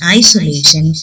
isolation